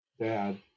dad